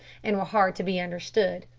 and were hard to be understood.